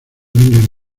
vengan